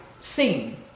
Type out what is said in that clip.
seen